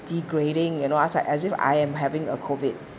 degrading you know as if I am having a COVID